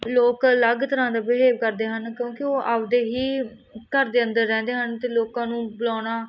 ਲੋਕ ਅਲੱਗ ਤਰ੍ਹਾਂ ਦੇ ਬੀਹੇਵ ਕਰਦੇ ਹਨ ਕਿਉਂਕਿ ਉਹ ਆਪਦੇ ਹੀ ਘਰ ਦੇ ਅੰਦਰ ਰਹਿੰਦੇ ਹਨ ਅਤੇ ਲੋਕਾਂ ਨੂੰ ਬੁਲਾਉਣਾ